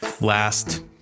last